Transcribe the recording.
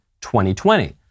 2020